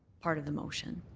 part of the motion.